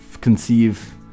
conceive